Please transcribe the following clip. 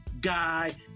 guy